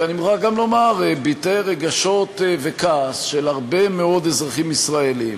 ואני מוכרח גם לומר שהוא ביטא רגשות וכעס של הרבה מאוד אזרחים ישראלים,